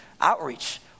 outreach